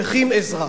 צריכים עזרה.